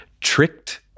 tricked